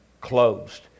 closed